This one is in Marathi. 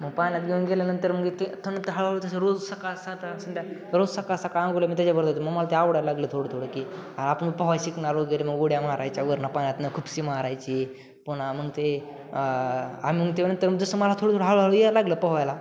मग पाण्यात घेऊन गेल्यानंतर मग ते थं नंतर हळूहळू तसं रोज सकाळ साता संध्याकाळ रोज सकाळ सकाळ आंघोळीला मी त्याच्या बरोबर जायचो मग मला ते आवडायला लागलं थोडं थोडं की आपण पोहाय शिकणार वगैरे मग उड्या मारायच्या वरुनं पाण्यातूनं खूपसी मारायची पुन्हा मग ते आम्ही मग ते अन मग त्यानंतर मग जसं मला थोडं थोडं हळूहळू येऊ लागलं पोहायला